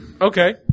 Okay